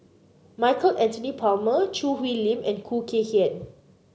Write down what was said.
Michael Anthony Palmer Choo Hwee Lim and Khoo Kay Hian